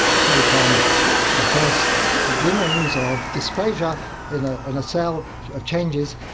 say from the first glimmerings of dysplasia in ah and a cell of changes,